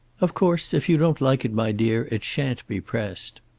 of course, if you don't like it, my dear, it shan't be pressed.